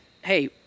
hey